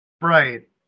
Right